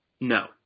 No